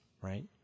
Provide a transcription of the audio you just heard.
right